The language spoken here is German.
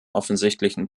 offensichtlichen